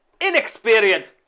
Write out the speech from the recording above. inexperienced